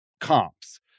comps